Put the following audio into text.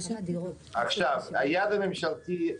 הערה נוספת,